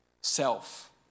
self